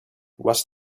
was